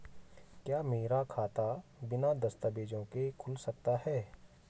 क्या मेरा खाता बिना दस्तावेज़ों के खुल सकता है?